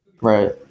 Right